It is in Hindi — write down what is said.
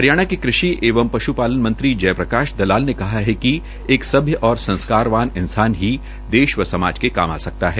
हरियाणा के कृषि एवं पशुपालन मंत्री जयप्रकाश दलाल ने कहा कि एक सभ्य और संस्कारवान इंसान ही देश व समाज के काम आ सकता है